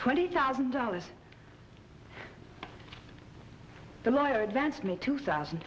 twenty thousand dollars the lawyer advanced me two thousand